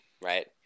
right